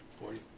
Forty